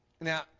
Now